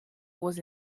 was